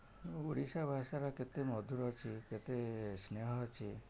ଆମ ଓଡ଼ିଆ ଭାଷାର କେତେ ମଧୁର ଅଛି କେତେ ସ୍ନେହ ଅଛି